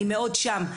אני מאוד שם.